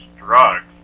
drugs